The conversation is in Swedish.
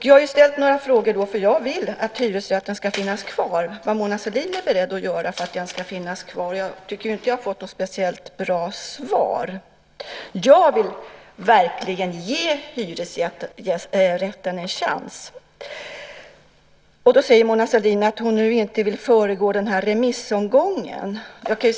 Jag vill att hyresrätten ska finnas kvar, så jag har ställt några frågor om vad Mona Sahlin är beredd att göra för att den ska finnas kvar. Jag tycker inte att jag har fått några speciellt bra svar. Jag vill verkligen ge hyresrätten en chans. Mona Sahlin säger att hon inte vill föregå remissomgången.